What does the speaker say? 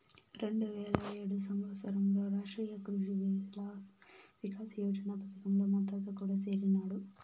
రెండువేల ఏడు సంవత్సరంలో రాష్ట్రీయ కృషి వికాస్ యోజన పథకంలో మా తాత కూడా సేరినాడు